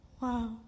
Wow